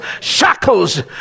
shackles